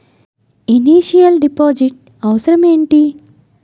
Initial deposit అవసరం ఏమిటి?